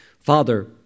Father